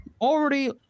Already